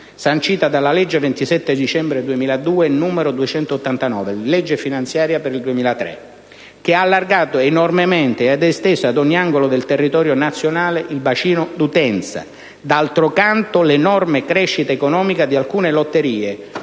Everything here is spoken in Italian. (sancita dalla 1egge 27 dicembre 2002, n. 289, legge finanziaria del 2003) ha allargato enormemente ed esteso ad ogni angolo del territorio nazionale il bacino d'utenza; d'altro canto, l'enorme crescita economica di alcune lotterie,